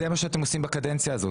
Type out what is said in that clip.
זה מה שאתם בקדנציה הזאת.